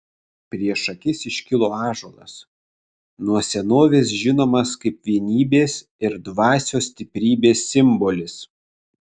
prieš akis iškilo ąžuolas nuo senovės žinomas kaip vienybės ir dvasios stiprybės simbolis